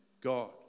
God